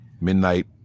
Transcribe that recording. midnight